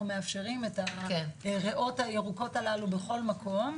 מאפשרים את הריאות הירוקות הללו בכל מקום,